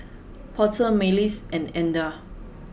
Porter Marlys and Edna